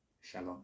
shalom